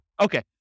Okay